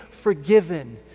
forgiven